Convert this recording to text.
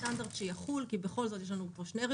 הסטנדרטים האירופיים יחולו בצורה שוויונית גם על